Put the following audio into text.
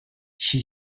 she